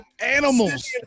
animals